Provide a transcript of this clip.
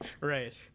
right